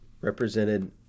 represented